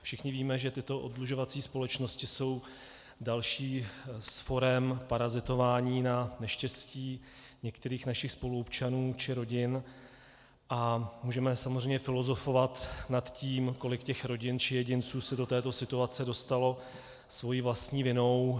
Všichni víme, že tyto oddlužovací společnosti jsou další z forem parazitování na neštěstí některých našich spoluobčanů či rodin, a můžeme samozřejmě filozofovat nad tím, kolik těch rodin či jedinců se do této situace dostalo svou vlastní vinou.